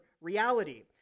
reality